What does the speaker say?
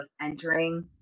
entering